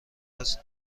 هست